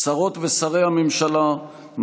שרות ושרי הממשלה,